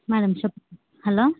madam hello